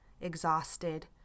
exhausted